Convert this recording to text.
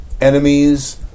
enemies